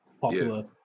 popular